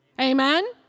Amen